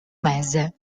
mese